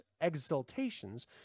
exultations